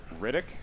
Riddick